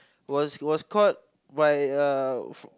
was was caught by uh f~